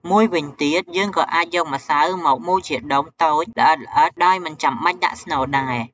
មួយវិញទៀត យើងក៏អាចយកម្សៅមកមូលជាដុំតូច ល្អិតៗ ដោយមិនចាំបាច់ដាក់ស្នូលដែរ។